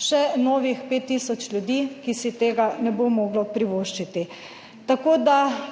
Še novih 5 tisoč ljudi, ki si tega ne bo moglo privoščiti. Tako da